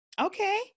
Okay